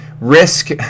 risk